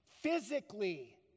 physically